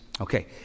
Okay